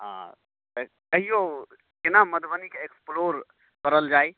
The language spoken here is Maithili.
हँ तैयो केना मधुबनीके एक्सप्लोर करल जाय